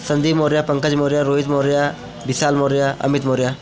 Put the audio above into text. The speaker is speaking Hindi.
संदीप मौर्या पंकज मौर्या रोहित मौर्या बिशाल मौर्या अमित मौर्या